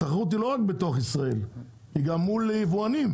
התחרות היא לא רק בתוך ישראל, אלא מול היבואנים.